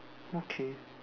okay